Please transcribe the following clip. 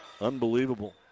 Unbelievable